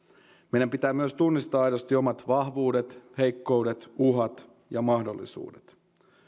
meidän pitää myös tunnistaa aidosti omat vahvuutemme heikkoutemme uhkamme ja mahdollisuutemme